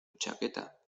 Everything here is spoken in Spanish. chaqueta